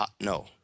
No